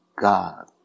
God